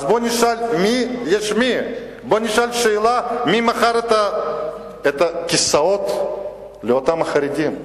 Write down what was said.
אז בוא נשאל שאלה, מי מכר את הכיסאות לאותם חרדים?